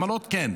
עמלות, כן.